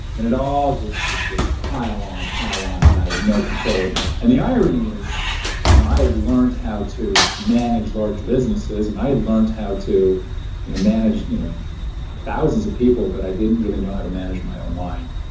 and it all just would just pile on, pile on, and i had no control. and the irony is you know i had learned how to manage large businesses and i had learned how to you know manage you know thousands of people, but i didn't really know how to manage my own mind.